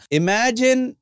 imagine